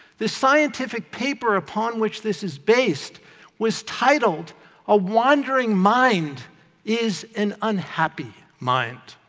the scientific paper upon which this is based was titled a wandering mind is an unhappy mind.